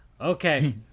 Okay